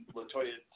Latoya